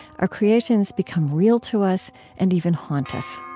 our creations become real to us and even haunt us.